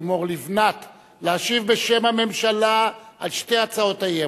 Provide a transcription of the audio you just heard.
לימור לבנת להשיב בשם הממשלה על שתי הצעות האי-אמון,